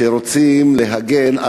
שרוצים להגן,